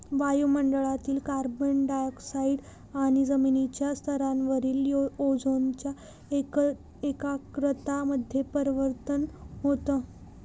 वायु मंडळातील carbon dioxide आणि जमिनीच्या स्तरावरील ओझोनच्या एकाग्रता मध्ये परिवर्तन होतं